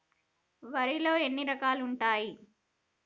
వరిలో ఎన్ని రకాలు ఉంటాయి?